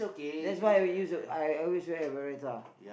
that's why I will use I always wear a